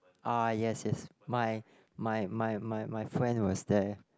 ah yes yes my my my my my friend was there